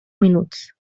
minuts